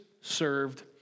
served